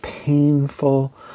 painful